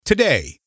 Today